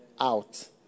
out